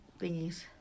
thingies